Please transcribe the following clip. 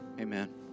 amen